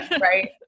right